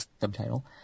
subtitle